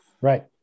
right